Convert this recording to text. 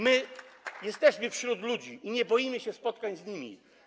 My jesteśmy wśród ludzi i nie boimy się spotykać z nimi.